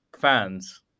fans